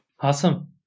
Awesome